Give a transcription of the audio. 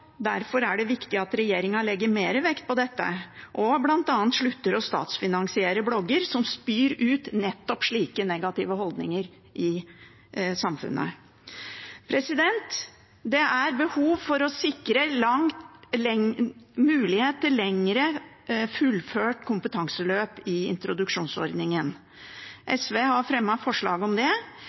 viktig at regjeringen legger mer vekt på dette og bl.a. slutter å statsfinansiere blogger som spyr ut nettopp slike negative holdninger i samfunnet. Det er behov for å sikre mulighet til lengre fullførte kompetanseløp i introduksjonsordningen. SV har fremmet forslag om det,